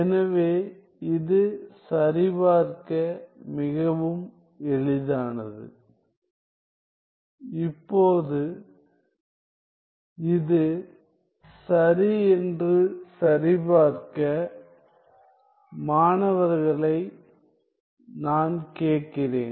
எனவே இது சரிபார்க்க மிகவும் எளிதானது இப்போது இது சரி என்று சரிபார்க்க மாணவர்களை நான் கேட்கிறேன்